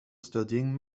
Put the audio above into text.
studying